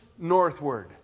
northward